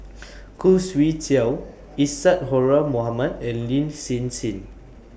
Khoo Swee Chiow Isadhora Mohamed and Lin Hsin Hsin